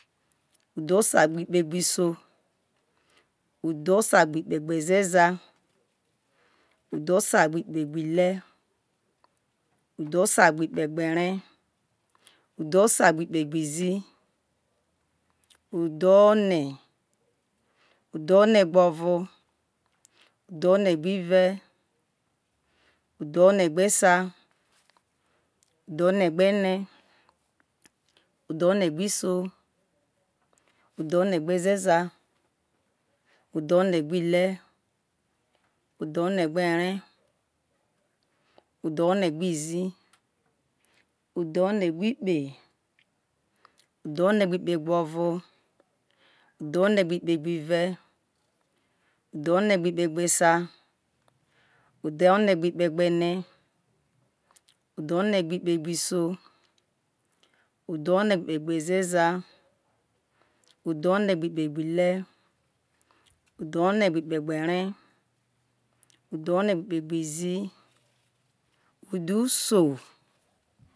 udhegbeive udhone gbe sa udhosa gbo ene udhosa gbe iso udhongbo ezeza udhosa gbe ile udhuregbe ere udhone gbo izi udhosa gbe gbo ikpe gbo iso udhon egbo ikpe gbi ezeza udhosa gbo ikpe gbo ile udhon egbo ikpe gbo ere udhon egbo ikpe gbo izi udhosa